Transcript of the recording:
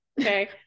Okay